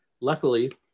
luckily